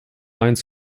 eins